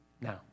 now